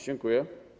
Dziękuję.